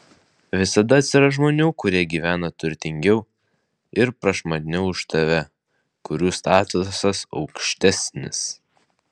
visada atsiras žmonių kurie gyvena turtingiau ir prašmatniau už tave kurių statusas aukštesnis